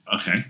Okay